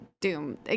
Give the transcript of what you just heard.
Doom